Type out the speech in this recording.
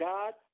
God